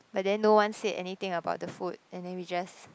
but then no one said anything about the food and then we just